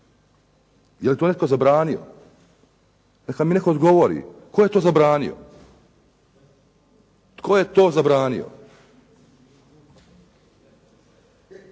Je li to netko zabranio? Neka mi netko odgovori tko je to zabranio. Tko je to zabranio?